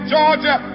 Georgia